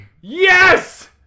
Yes